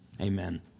amen